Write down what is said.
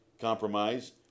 compromise